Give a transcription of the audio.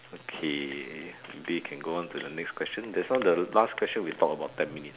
okay maybe we can go on to the next question just now the last question we talk about ten minutes